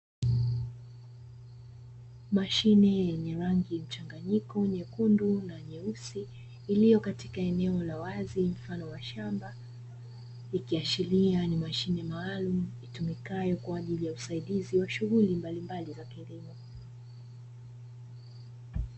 Mashine yenye rangi mchanganyiko nyekundu na nyeusi, iliyo katika eneo la wazi mfano wa shamba. Ikiashiria ni mashine maalum itumikayo kwaajili ya usaidizi wa shughuli mbalimbali za kilimo.